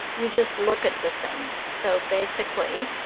you just look at the thing. so basically,